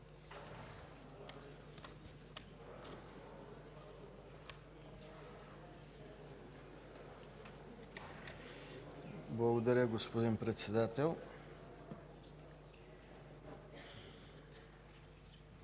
Благодаря, господин Председател.